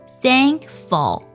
thankful